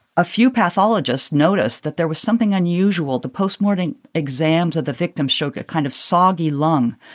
a few pathologists noticed that there was something unusual. the postmortem exams of the victims showed a kind of soggy lung,